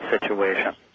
situation